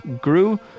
grew